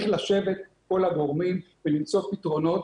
כל הגורמים צריכים לשכת למצוא פתרונות,